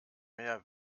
mehr